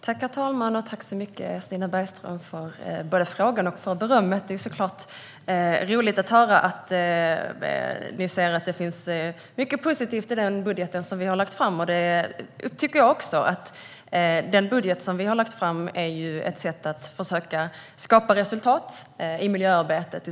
Herr talman! Jag tackar Stina Bergström för både frågan och berömmet. Det är såklart roligt att höra att ni ser mycket positivt i den budget vi har lagt fram. Med vår budget försöker vi skapa resultat i miljöarbetet.